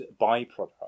byproduct